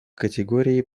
категории